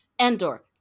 Endor